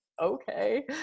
okay